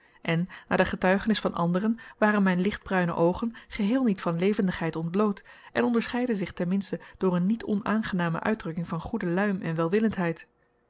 en naar de getuigenis van anderen waren mijn lichtbruine oogen geheel niet van levendigheid ontbloot en onderscheidden zich ten minste door een niet onaangename uitdrukking van goeden luim en